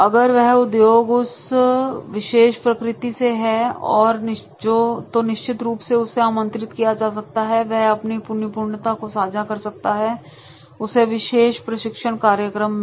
अगर वह उद्योग उस विशेष प्रकृति से है तो निश्चित रूप से उसे आमंत्रित किया जा सकता है वह अपनी निपुणता को सांझा कर सकता है उस विशेष प्रशिक्षण कार्यक्रम में